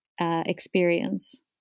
experience